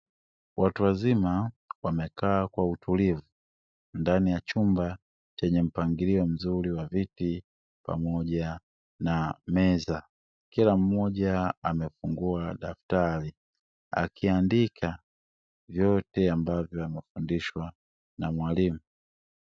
Watu wazima wamekaa kwa utulivu ndani ya chumba chenye mpangilio mzuri wa viti pamoja na meza, kila mmoja amefungua daftari akiandika vyote ambavyo amefundishwa na mwalimu.